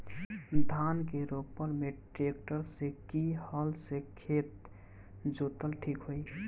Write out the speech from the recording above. धान के रोपन मे ट्रेक्टर से की हल से खेत जोतल ठीक होई?